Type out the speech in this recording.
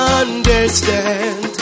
understand